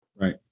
right